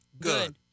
Good